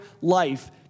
life